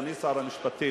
אדוני שר המשפטים,